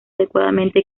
adecuadamente